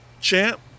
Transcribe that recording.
champ